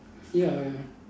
ya ya